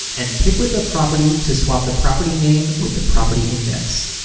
and pick whip a property to swap the property name with the property index.